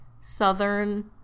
southern